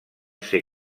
ser